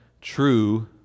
true